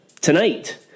tonight